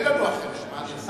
אין לנו אחרת, מה אני אעשה?